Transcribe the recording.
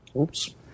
Oops